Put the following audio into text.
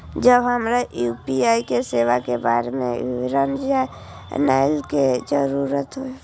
जब हमरा यू.पी.आई सेवा के बारे में विवरण जानय के जरुरत होय?